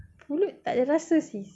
pulut tak ada rasa sis